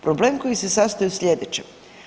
Problem koji se sastoji u sljedećem.